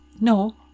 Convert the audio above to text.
No